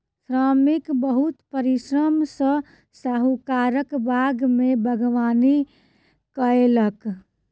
श्रमिक बहुत परिश्रम सॅ साहुकारक बाग में बागवानी कएलक